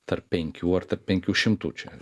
tarp penkių ar tarp penkių šimtų čia